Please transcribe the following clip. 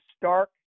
stark